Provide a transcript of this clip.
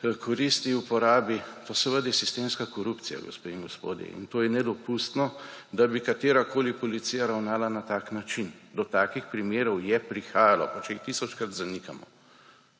koristi uporabi. To seveda je sistemska korupcija, gospe in gospodje, in to je nedopustno, da bi katerakoli policija ravnala na tak način. Do takih primerov je prihajalo, pa če jih tisočkrat zanikamo.